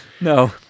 No